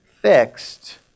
fixed